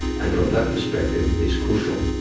and from that perspective it is crucial.